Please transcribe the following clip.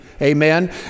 Amen